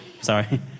Sorry